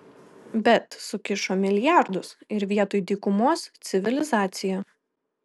bet sukišo milijardus ir vietoj dykumos civilizacija